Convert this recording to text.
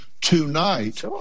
tonight